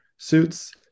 suits